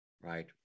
right